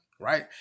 Right